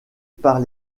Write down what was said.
par